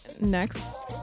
next